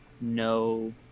No